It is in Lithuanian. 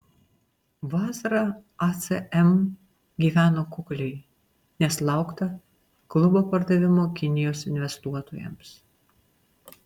vasarą acm gyveno kukliai nes laukta klubo pardavimo kinijos investuotojams